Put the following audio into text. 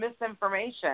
misinformation